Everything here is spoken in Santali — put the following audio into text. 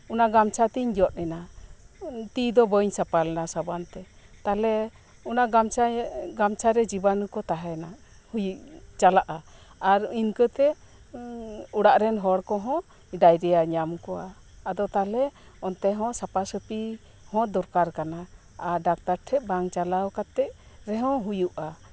ᱚᱱᱟ ᱜᱟᱢᱪᱷᱟᱛᱤᱧ ᱡᱚᱫ ᱮᱱᱟ ᱛᱤ ᱫᱚ ᱵᱟᱹᱧ ᱥᱟᱯᱷᱟ ᱞᱮᱱᱟ ᱥᱟᱵᱟᱱ ᱛᱮ ᱛᱟᱞᱦᱮ ᱚᱱᱟ ᱜᱟᱢᱪᱷᱟᱧ ᱜᱟᱢᱪᱷᱟᱨᱮ ᱡᱤᱵᱟᱱᱩ ᱠᱚ ᱛᱟᱦᱮᱸᱱᱟ ᱦᱩᱭᱩᱜ ᱪᱟᱞᱟᱜᱼᱟ ᱟᱨ ᱤᱱᱠᱟᱹᱛᱮ ᱚᱲᱟᱜ ᱨᱮᱱ ᱦᱚᱲ ᱠᱚᱦᱚᱸ ᱰᱟᱭᱨᱤᱭᱟ ᱧᱟᱢ ᱠᱚᱣᱟ ᱟᱫᱚ ᱛᱟᱞᱦᱮ ᱚᱱᱛᱮ ᱦᱚᱸ ᱥᱟᱯᱟ ᱥᱟᱯᱤ ᱦᱚᱸ ᱫᱚᱨᱠᱟᱨ ᱠᱟᱱᱟ ᱟᱨ ᱰᱟᱠᱛᱟᱨ ᱴᱷᱮᱱ ᱵᱟᱝ ᱪᱟᱞᱟᱣ ᱠᱟᱛᱮᱜ ᱨᱮᱦᱚᱸ ᱦᱩᱭᱩᱜᱼᱟ